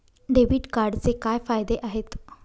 Debit कार्डचे काय फायदे आहेत?